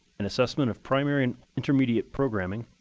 an assessment of primary and intermediate programming,